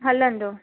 हलंदो